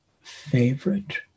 favorite